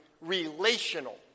relational